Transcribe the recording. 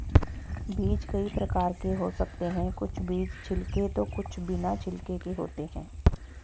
बीज कई प्रकार के हो सकते हैं कुछ बीज छिलके तो कुछ बिना छिलके के होते हैं